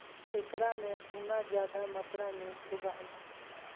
एकरा में गुना जादा मात्रा में होबा हई